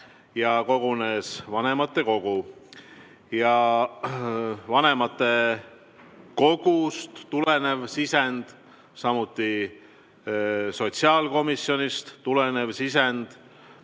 ja kogunes vanematekogu. Vanematekogust tulenev sisend, samuti sotsiaalkomisjonist tulenev sisend